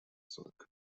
zurück